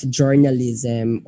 journalism